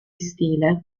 stile